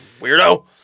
weirdo